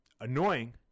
annoying